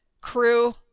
crew